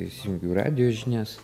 įsijungiu radijo žinias